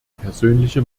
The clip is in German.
persönliche